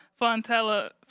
Fontella